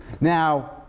Now